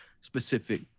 specific